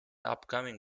upcoming